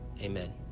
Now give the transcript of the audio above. Amen